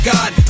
God